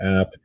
app